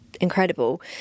incredible